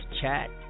chat